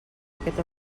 aquest